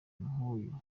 nk’uyu